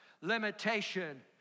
limitation